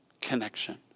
connection